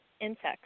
insects